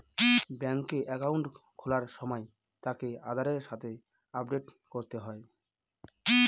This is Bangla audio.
ব্যাঙ্কে একাউন্ট খোলার সময় তাকে আধারের সাথে আপডেট করতে হয়